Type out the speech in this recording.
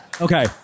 Okay